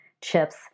chips